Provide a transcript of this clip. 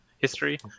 History